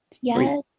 Yes